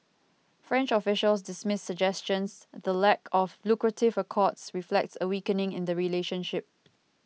french officials dismiss suggestions the lack of lucrative accords reflects a weakening in the relationship